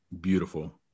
beautiful